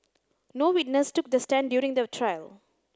no witness took the stand during the trial